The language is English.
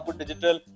digital